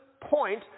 point